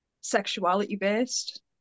sexuality-based